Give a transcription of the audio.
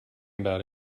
about